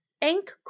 Ink